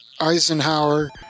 Eisenhower